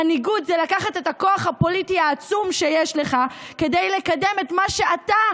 מנהיגות זה לקחת את הכוח הפוליטי העצום שיש לך כדי לקדם את מה שאתה,